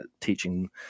Teaching